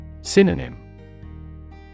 Synonym